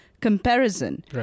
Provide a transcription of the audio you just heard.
comparison